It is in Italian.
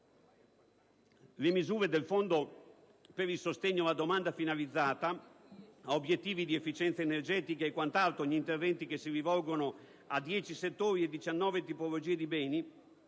le misure del Fondo per il sostegno alla domanda finalizzata a obiettivi di efficienza energetica e quant'altro (gli interventi che si rivolgono a 10 settori e 19 tipologie di beni),